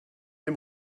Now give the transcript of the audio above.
dem